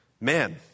man